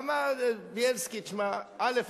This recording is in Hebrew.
אמר: בילסקי שמע, א.